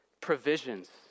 provisions